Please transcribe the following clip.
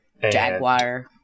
Jaguar